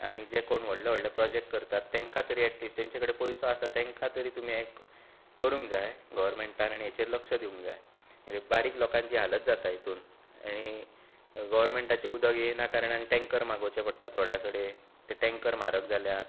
आनी जे कोण व्हडले व्हडले प्रोजेक्ट करतात तेंकां तरी एटलिस्ट तेचें कडेन भरपूर पयसो आसा तेंका तरी तुमी करूंक जाय गव्हरमेंटान आनी हेचेर लक्ष दिवंक जाय हे बारीक लोकांची हालत जाता हितूंत आनी गव्हरमेंटाचें उदक येयना कारण टेंकर मागोवचे पडटात थोड्या कडेन ते टेंकर म्हारग जाल्यात